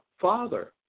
Father